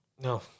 No